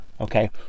okay